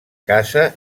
casa